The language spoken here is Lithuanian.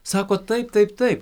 sako taip taip taip